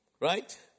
Right